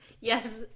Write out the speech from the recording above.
Yes